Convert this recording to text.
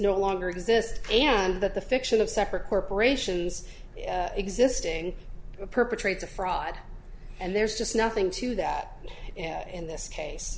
no longer exist and that the fiction of separate corporations existing perpetrate a fraud and there's just nothing to that in this case